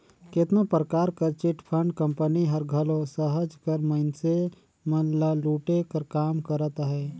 केतनो परकार कर चिटफंड कंपनी हर घलो सहज कर मइनसे मन ल लूटे कर काम करत अहे